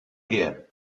here